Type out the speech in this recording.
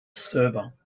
server